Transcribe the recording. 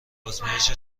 آزمایش